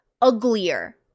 uglier